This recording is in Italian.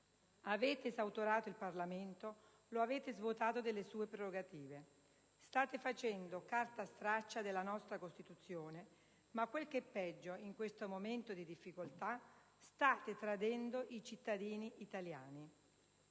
Avete esautorato il Parlamento e lo avete svuotato delle sue prerogative. State facendo carta straccia della nostra Costituzione ma, quel che è peggio, in questo momento di difficoltà state tradendo i cittadini italiani.